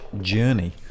journey